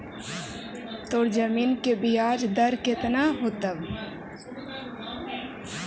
तोर जमीन के ब्याज दर केतना होतवऽ?